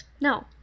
No